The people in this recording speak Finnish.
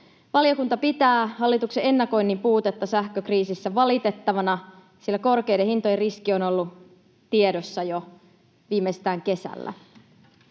Valiokunta pitää hallituksen ennakoinnin puutetta sähkökriisissä valitettavana, sillä korkeiden hintojen riski on ollut tiedossa jo viimeistään kesällä.